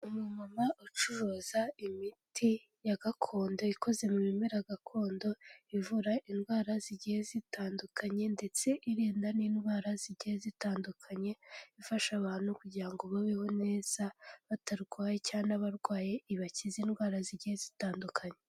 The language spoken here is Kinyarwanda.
Umumama ucuruza imiti ya gakondo ikoze mu bimera gakondo ivura indwara zigiye zitandukanye ndetse irinda n'indwara zigiye zitandukanye, ifasha abantu kugira ngo babeho neza batarwaye cyangwa n'abarwaye ibakize indwara zigiye zitandukanye.